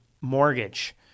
mortgage